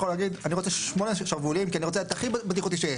לדרוש שמונה כי ״אני רוצה את הכי בטיחותי״.